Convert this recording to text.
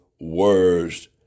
words